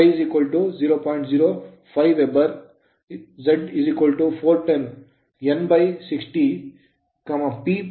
05 weber Weber Z 410 n 60 P lap ಸಂಪರ್ಕವಾಗಿದೆ